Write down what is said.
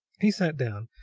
he sat down,